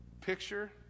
Picture